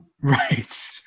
Right